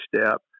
step